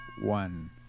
one